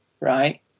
right